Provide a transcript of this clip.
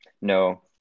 No